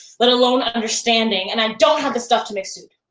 let alone understanding, and i don't have the stuff to make soup.